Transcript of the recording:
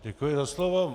Děkuji za slovo.